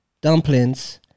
dumplings